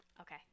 Okay